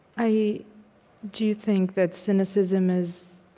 i do think that cynicism is